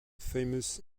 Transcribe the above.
famous